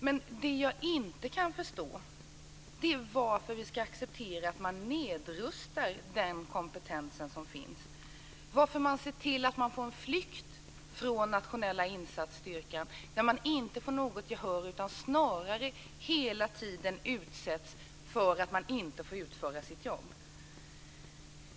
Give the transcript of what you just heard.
Men det jag inte kan förstå är varför vi ska acceptera att man nedrustar den kompetens som finns, varför man ser till att det blir en flykt från Nationella insatsstyrkan när den inte får något gehör utan snarare hela tiden utsätts för att den inte får utföra sitt jobb.